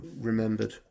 remembered